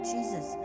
Jesus